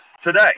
today